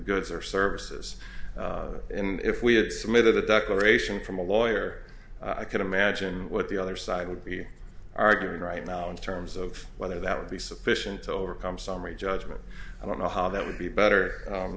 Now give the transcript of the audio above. goods or services in if we had submitted the declaration from a lawyer i can imagine what the other side would be arguing right now in terms of whether that would be sufficient to overcome summary judgment i don't know how that would be better